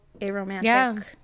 aromantic